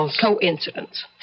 Coincidence